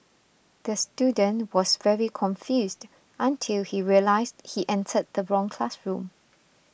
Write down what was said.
the student was very confused until he realised he entered the wrong classroom